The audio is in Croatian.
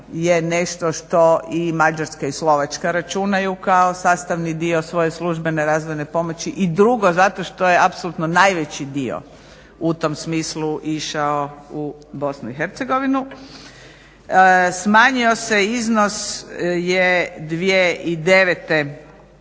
je nešto što i Mađarska i Slovačka računaju kao sastavni dio svoje službene razvojne pomoći. I drugo, zato što je apsolutno najveći dio u tom smislu išao u BiH. Smanji se iznos, 2009. je